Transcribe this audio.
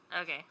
Okay